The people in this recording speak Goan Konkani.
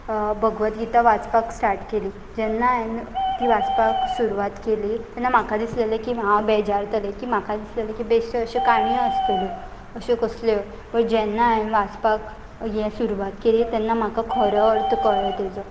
भगवत गीता वाचपाक स्टार्ट केली जेन्ना हांवें ती वाचपाक सुरवात केली तेन्ना म्हाका दिसलेले की हांव बेजारतलें की म्हाका दिसलेलें की बेश्टे अश्यो काणयो आसतल्यो अश्यो कसल्यो बट जेन्ना हांवें वाचपाक हे सुरवात केली तेन्ना म्हाका खरो अर्थ कळ्ळें तेजो